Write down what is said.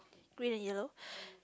green and yellow